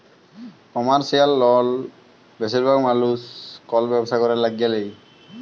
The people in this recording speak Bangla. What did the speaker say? কমারশিয়াল লল বেশিরভাগ মালুস কল ব্যবসা ক্যরার ল্যাগে লেই